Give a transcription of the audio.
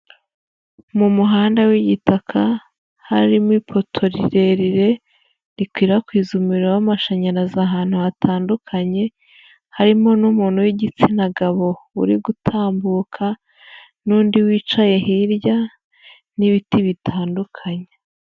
Mu muhanda w'igitaka, harimo ipoto rirerire rikwirakwiza umuriro w'amashanyarazi ahantu hatandukanye, harimo n'umuntu w'igitsina gabo uri gutambuka n'undi wicaye hirya, n'ibiti bitandukanye.